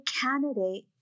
candidate